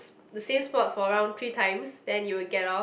the same spot for around three times then you will get off